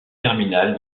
terminal